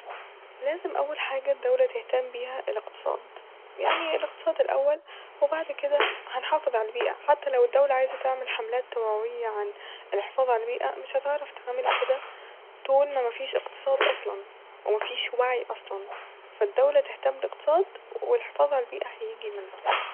لازم أول حاجة الدولة تهتم بيها الاقتصاد يعني الاقتصاد الاول وبعد كده هنحافظ ع البيئة حتى لو الدولة عايزه تعمل حملات توعوية عن الحفاظ ع البيئة مش هتعرف تعمل كده طول ما مفيش اقتصاد اصلا ومفيش وعي اصلا ، فالدولة تهتم بالاقتصاد والحفاظ ع البيئة هيجي من بعدها